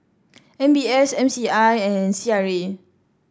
M B S M C I and C R A